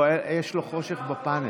יש לו חושך בפנל.